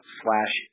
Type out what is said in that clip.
slash